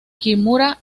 kimura